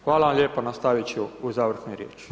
Hvala vam lijepo, nastavit ću u završnoj riječi.